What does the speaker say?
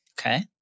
Okay